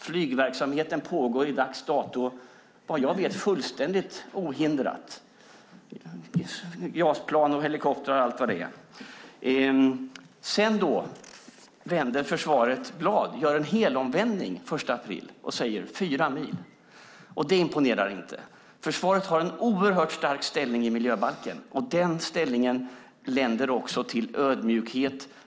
Flygverksamheten pågår vid dags dato, och vad jag vet fullständigt ohindrat, med JAS-plan, helikoptrar och allt vad det är. Den 1 april gör försvaret en helomvändning och säger: fyra mil. Och det imponerar inte. Försvaret har en oerhört stark ställning i miljöbalken, och den ställningen länder också till ödmjukhet.